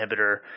inhibitor